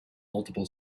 multiple